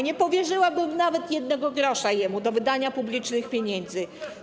Nie powierzyłabym mu nawet jednego grosza do wydania z publicznych pieniędzy.